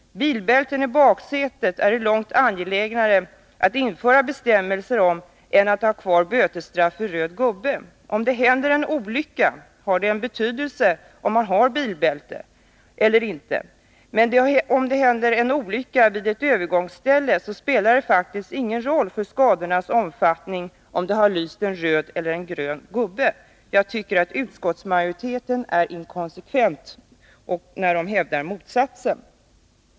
Det är långt angelägnare att införa bestämmelse om bilbälten i baksätet än att ha kvar bötesstraff vid röd gubbe. Om det händer en olycka har det betydelse om man har bilbälte eller ej, men om det händer en olycka vid ett övergångsställe spelar det faktiskt ingen roll för skadans omfattning, om det har lyst en grön eller en röd gubbe. Jag tycker att utskottsmajoriteten är inkonsekvent, när den hävdar motsatsen.